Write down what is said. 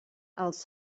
els